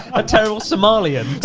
a terrible somalian.